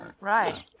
Right